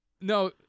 No